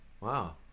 Wow